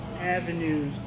avenues